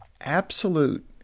absolute